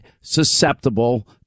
susceptible